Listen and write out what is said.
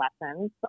lessons